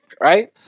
Right